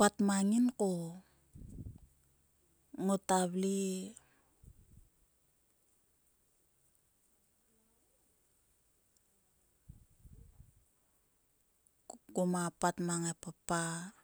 mang nginko ngota vle. Koma pat mang e papa.